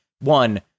one